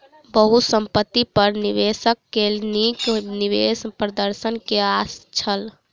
बहुसंपत्ति पर निवेशक के नीक निवेश प्रदर्शन के आस छल